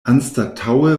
anstataŭe